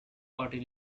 party